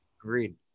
Agreed